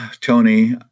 Tony